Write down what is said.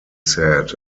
said